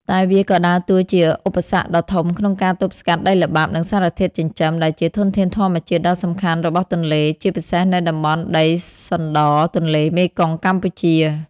តែវាក៏ដើរតួជាឧបសគ្គដ៏ធំក្នុងការទប់ស្កាត់ ដីល្បាប់ និងសារធាតុចិញ្ចឹម ដែលជាធនធានធម្មជាតិដ៏សំខាន់របស់ទន្លេ ជាពិសេសនៅតំបន់ដីសណ្ដរទន្លេមេគង្គកម្ពុជា។